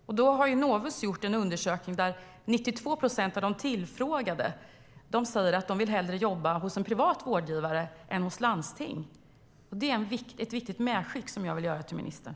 Novus har gjort en undersökning där 92 procent av de tillfrågade säger att de hellre vill jobba hos en privat vårdgivare än hos ett landsting. Det är ett viktigt medskick som jag vill göra till ministern.